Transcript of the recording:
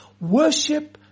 Worship